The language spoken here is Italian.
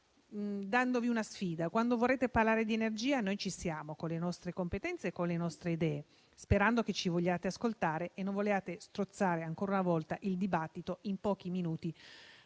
lanciandovi una sfida: quando vorrete parlare di energia, ci saremo, con le nostre competenze e le nostre idee, sperando che ci vogliate ascoltare e non vogliate strozzare ancora una volta il dibattito in pochi minuti,